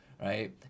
Right